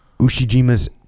Ushijima's